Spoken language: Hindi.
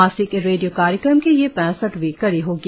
मासिक रेडियो कार्यक्रम की यह पैंसठवीं कड़ी होगी